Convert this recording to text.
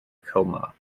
coma